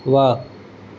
वाह